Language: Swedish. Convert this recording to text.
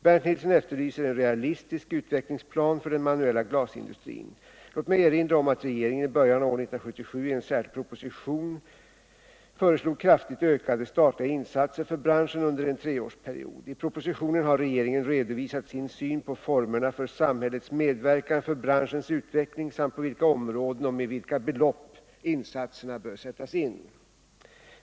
Bernt Nilsson efterlyser en ”realistisk utvecklingsplan” för den manuella glasindustrin. Låt mig erinra om att regeringen i början av år 1977 i en särskild proposition föreslog kraftigt ökade statliga insatser för branschen under en treårsperiod. I propositionen har regeringen redovisat sin syn på formerna för samhällets medverkan för branschens utveckling samt på vilka områden och med vilka belopp insatserna bör sättas in.